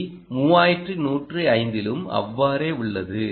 C 3105 யிலும் அவ்வாறே உள்ளது